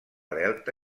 delta